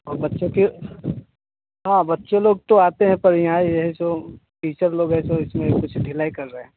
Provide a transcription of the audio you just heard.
और बच्चों के हाँ बच्चे लोग तो आते हैं पर यहाँ यही सो टीचर लोग वैसे इसमें कुछ ढिलाई कर रहें